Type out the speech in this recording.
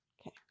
okay